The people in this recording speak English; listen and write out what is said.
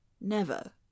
Never